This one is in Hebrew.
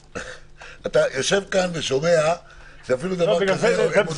אתה יושב פה ושומע שאפילו בדבר כזה הם עוד לא